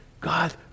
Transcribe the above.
God